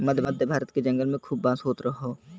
मध्य भारत के जंगल में खूब बांस होत हौ